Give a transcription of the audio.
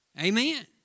Amen